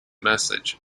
message